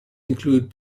included